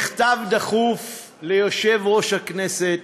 מכתב דחוף ליושב-ראש הכנסת,